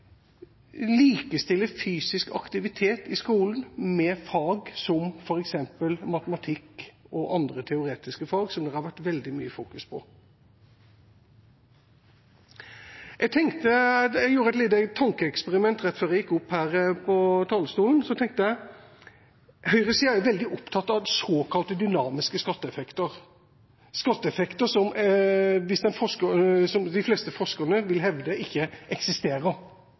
fysisk aktivitet i skolen med fag som f.eks. matematikk og andre teoretiske fag, som det har vært veldig mye fokus på. Jeg gjorde et lite tankeeksperiment rett før jeg gikk opp på talerstolen. Høyresiden er jo veldig opptatt av såkalte dynamiske skatteeffekter, skatteeffekter som de fleste forskere vil hevde ikke eksisterer,